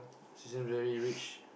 she seems very rich